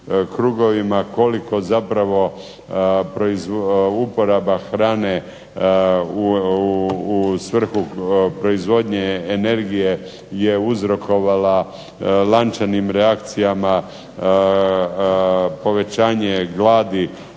koliko zapravo uporaba hrane u svrhu proizvodnje energije je uzrokovala lančanim reakcijama povećanje gladi